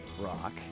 rock